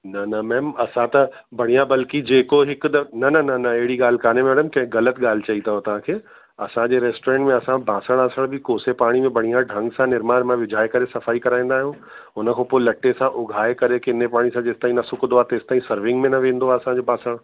न न मैम असां त बढ़िया बल्कि जेको हिक दफ़ो न न न अहिड़ी ॻाल्हि कोन्हे मैडम कंहिं ग़लति ॻाल्हि चयी अथव तव्हांखे असांजे रेस्टोरेंट में असां बासण असां बि कोसे पाणी में बढ़िया ढंग सां निरमा विरमा विझाए करे सफ़ाई कराईंदा आहियूं हुन खां पोइ लट्टे सां उघाए करे किन्ने पाणी सां जेंसि तईं न सुकदो आहे तेंसि तईं सर्विंग में न वेंदो आहे असांजो बासण